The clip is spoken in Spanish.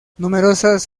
numerosas